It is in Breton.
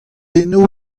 eno